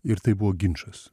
ir tai buvo ginčas